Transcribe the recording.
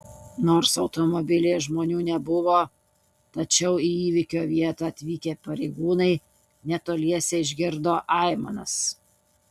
nors automobilyje žmonių nebuvo tačiau į įvykio vietą atvykę pareigūnai netoliese išgirdo aimanas